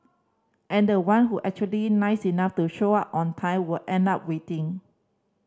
and the one who actually nice enough to show up on time would end up waiting